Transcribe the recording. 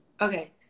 Okay